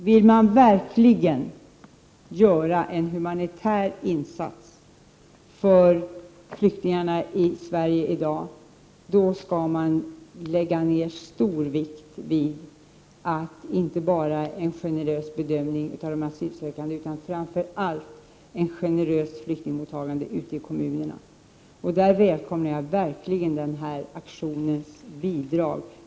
Herr talman! Vill man verkligen göra en humanitär insats för flyktingarna i dag, skall man lägga stor vikt vid inte bara en generös bedömning av flyktingar utan framför allt vid ett generöst flyktingmottagande ute i kommunerna. Där välkomnar jag verkligen denna aktions bidrag.